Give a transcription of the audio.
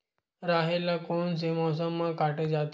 राहेर ल कोन से मौसम म काटे जाथे?